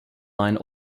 line